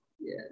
Yes